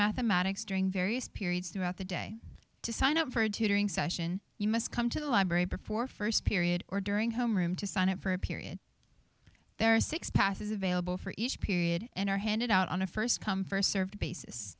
mathematics during various periods throughout the day to sign up for a tutoring session you must come to the library before first period or during homeroom to sign up for a period there are six passes available for each period and are handed out on a first come first served basis